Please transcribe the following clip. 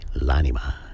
l'anima